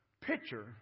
picture